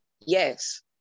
yes